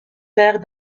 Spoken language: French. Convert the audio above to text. père